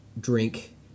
drink